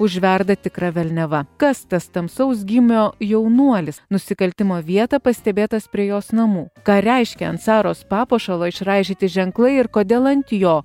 užverda tikra velniava kas tas tamsaus gymio jaunuolis nusikaltimo vietą pastebėtas prie jos namų ką reiškia ant saros papuošalo išraižyti ženklai ir kodėl ant jo